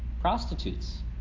prostitutes